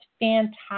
fantastic